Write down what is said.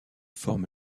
forme